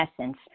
essence